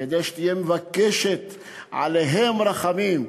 כדי שתהיה מבקשת עליהם רחמים.